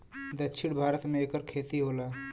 दक्षिण भारत मे एकर खेती होला